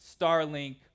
Starlink